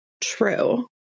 true